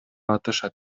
атышат